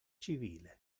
civile